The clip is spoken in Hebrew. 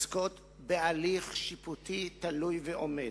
עוסקות בהליך שיפוטי תלוי ועומד,